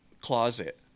closet